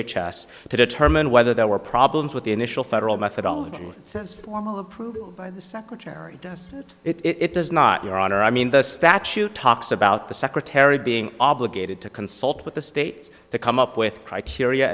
h s to determine whether there were problems with the initial federal methodology since formal approval by the secretary does it it does not your honor i mean the statute talks about the secretary being obligated to consult with the states to come up with criteria